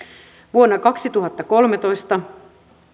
vuonna kaksituhattakolmetoista